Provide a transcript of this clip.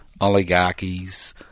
oligarchies